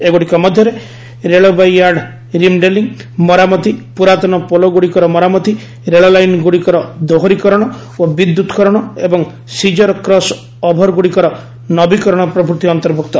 ଏଗୁଡ଼ିକ ମଧ୍ୟରେ ରେଳବାଇୟାର୍ଡ୍ ରିମଡେଲିଂ ମରାମତି ପୁରାତନ ପୋଲଗୁଡ଼ିକର ମରାମତି ରେଳଲାଇନ୍ଗୁଡ଼ିକର ଦୋହରିକରଣ ଓ ବିଦ୍ୟୁତ୍କରଣ ଏବଂ ସିଜର୍ କ୍ରସ୍ ଓଭରଗୁଡ଼ିକର ନବୀକରଣ ପ୍ରଭୃତି ଅନ୍ତର୍ଭୁକ୍ତ